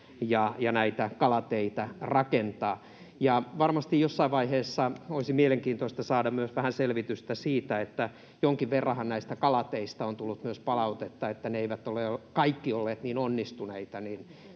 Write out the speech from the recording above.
ja näitä kalateitä rakentaa. Ja varmasti jossain vaiheessa olisi mielenkiintoista saada myös vähän selvitystä siitä, kun jonkin verranhan näistä kalateistä on tullut myös palautetta, että ne eivät ole kaikki olleet niin onnistuneita.